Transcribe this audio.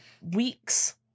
weeks